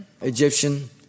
Egyptian